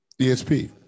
DSP